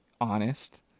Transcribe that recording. honest